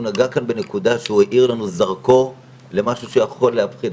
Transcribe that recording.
הוא נגע כאן בנקודה שהוא האיר לנו זרקור למשהו שיכול להפחיד.